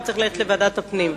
הוא צריך ללכת לוועדת הפנים.